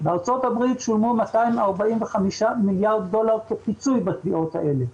בארצות הברית שולמו 245 מיליארד דולר כפיצוי בתביעות האלה.